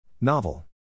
Novel